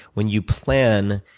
when you plan